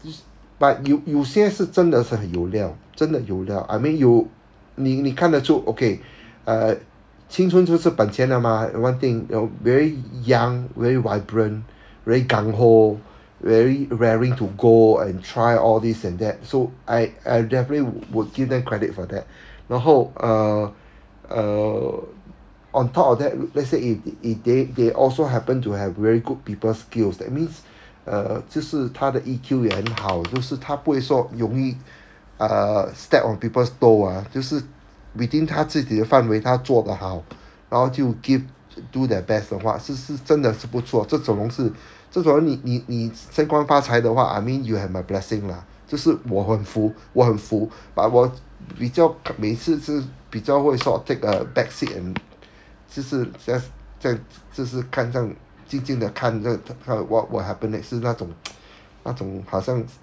it's but 有有些是真的是很有料真的料 I mean you 你你看得出 okay uh 青春就是本钱的 mah one thing know very young very vibrant very gung ho very raring to go and try all this and that so I I'll definitely would give them credit for that 然后 err err on top of that let's say if if they they also happen to have very good people skills that means uh 就是他的 E_Q 也很好就是他不会说容易 uh step on people's toe ah 就是 within 他自己的范围他做得好然后就 give do their best 的话是是真的是不错这总是这种 orh 你你你升官发财的话 I mean you have my blessing lah 就是我很服我很服 but 我比较每次就是比较会说 take a backseat and 就是 just 这样看就是看上静静地看他 what will happen next 是那种那种好像